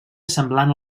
semblant